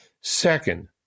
Second